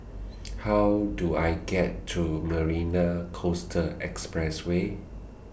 How Do I get to Marina Coastal Expressway